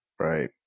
Right